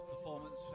performance